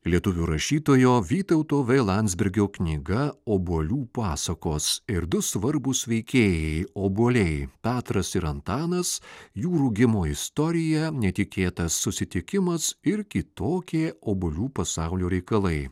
lietuvių rašytojo vytauto v landsbergio knyga obuolių pasakos ir du svarbūs veikėjai obuoliai petras ir antanas jų rūgimo istorija netikėtas susitikimas ir kitokie obuolių pasaulio reikalai